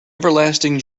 everlasting